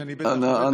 שאני בטח ובטח,